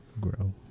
grow